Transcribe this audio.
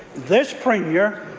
this premier